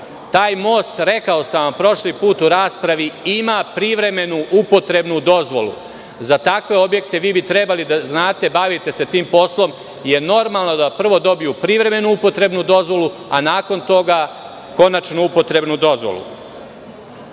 taj most, rekao sam vam prošli put u raspravi ima privremenu upotrebnu dozvolu. Za takve objekte vi bi trebali da znate, bavite se tim poslom i normalno je da prvo dobiju privremenu upotrebnu dozvolu, a nakon toga konačnu upotrebnu dozvolu. Na